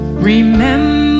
Remember